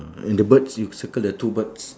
then the birds you circle the two birds